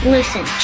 Listen